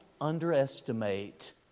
underestimate